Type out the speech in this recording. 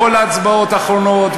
בכל ההצבעות האחרונות,